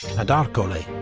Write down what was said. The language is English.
and arcole.